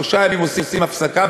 שלושה ימים עושים הפסקה,